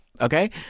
Okay